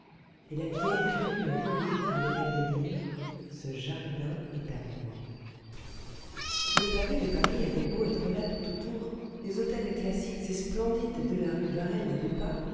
et la vieille grille rouillée avait l'air de dire ce jardin est à moi le pavé de paris avait beau être là tout autour les hôtels classiques et splendides de la rue de varenne à deux pas